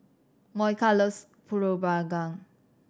Monica loves Pulut Panggang